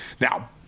Now